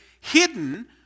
hidden